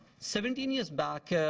seventeen years back,